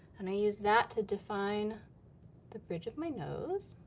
and i use that to define the bridge of my nose.